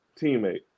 teammate